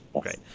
Great